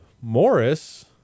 Morris